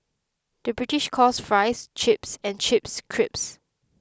the British calls Fries Chips and Chips Crisps